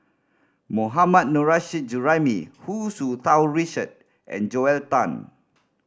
Mohammad Nurrasyid Juraimi Hu Tsu Tau Richard and Joel Tan